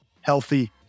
healthy